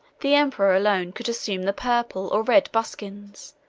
the emperor alone could assume the purple or red buskins,